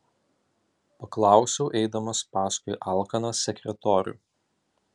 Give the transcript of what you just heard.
paklausiau eidamas paskui alkaną sekretorių